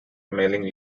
mailing